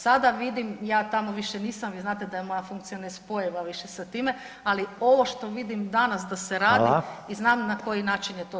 Sada vidim, ja tamo više nisam, jel znate da je moja funkcija nespojiva više sa time, ali ovo što vidim danas da se radi i znam na koji način je to